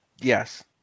Yes